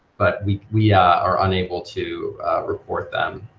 but we we are unable to report them.